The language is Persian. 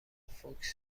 فوکس